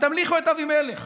ותמליכו את אבימלך